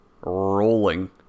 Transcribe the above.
rolling